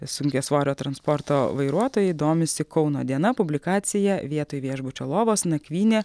sunkiasvorio transporto vairuotojai domisi kauno diena publikacija vietoj viešbučio lovos nakvynė